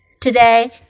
Today